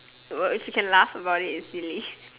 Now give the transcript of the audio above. if you can laugh about it it's silly